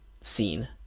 scene